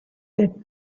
that